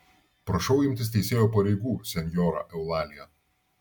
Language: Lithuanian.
prašau imtis teisėjo pareigų senjora eulalija